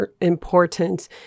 important